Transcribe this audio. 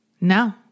No